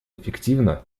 эффективно